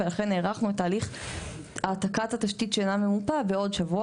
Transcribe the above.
ולכן הארכנו את תהליך העתקת התשתית שאינה ממופה בעוד שבוע.